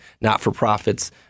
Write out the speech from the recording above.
not-for-profits